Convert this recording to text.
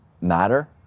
matter